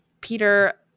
peter